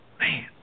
Man